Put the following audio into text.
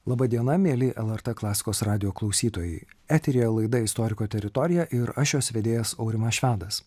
laba diena mieli lrt klasikos radijo klausytojai eteryje laida istoriko teritorija ir aš jos vedėjas aurimas švedas